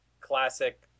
classic